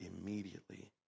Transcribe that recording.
immediately